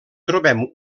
trobem